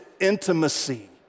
intimacy